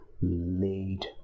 laid